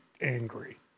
angry